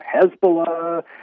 Hezbollah